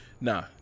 nah